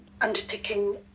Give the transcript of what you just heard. undertaking